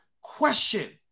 question